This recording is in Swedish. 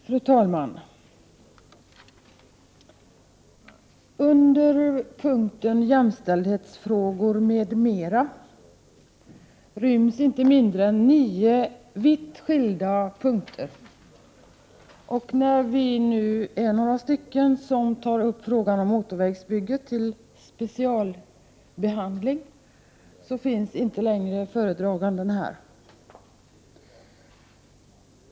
Fru talman! Under punkten jämställdhetsfrågor m.m. ryms inte mindre än nio vitt skilda saker. När vi nu är några som till specialbehandling tar upp frågan om motorvägsbygget finns inte längre föredraganden här i kammaren.